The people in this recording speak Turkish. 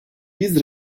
biz